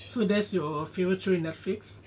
so that's your favourite show in netflix